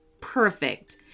Perfect